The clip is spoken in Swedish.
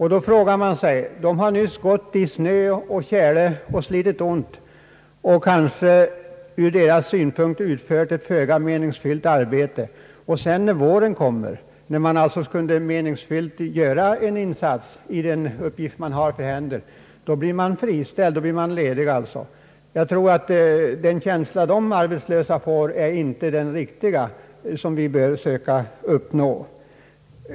Här har de slitit ont i snö och kyla och utfört ur deras synpunkt kanske föga meningsfyllda sysslor, och när våren kommer och de skulle kunna göra en meningsfylld insats blir de friställda. Jag tror att den känsla dessa arbetslösa får inte är den riktiga, den som vi bör söka uppnå.